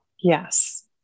Yes